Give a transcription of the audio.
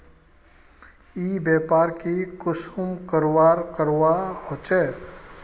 ई व्यापार की कुंसम करवार करवा होचे?